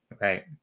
Right